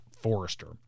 Forrester